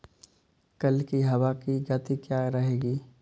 कल की हवा की गति क्या रहेगी?